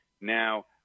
now